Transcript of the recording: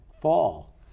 fall